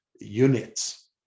units